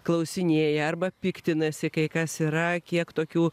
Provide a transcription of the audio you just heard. klausinėja arba piktinasi kai kas yra kiek tokių